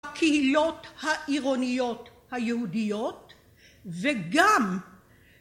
הקהילות העירוניות היהודיות וגם